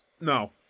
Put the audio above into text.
no